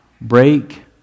break